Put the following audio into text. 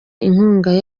inkunga